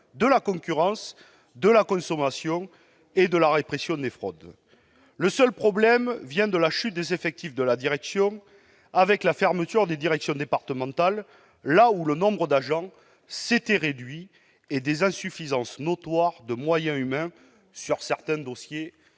de la concurrence, de la consommation et de la répression des fraudes. Le problème, c'est la chute des effectifs de la DGCCRF, avec la fermeture des directions départementales où le nombre d'agents s'était réduit, et l'insuffisance notable de moyens humains sur certains dossiers